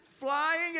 Flying